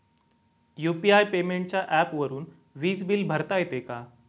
UPI पेमेंटच्या ऍपवरुन वीज बिल भरता येते का?